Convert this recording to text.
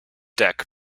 deck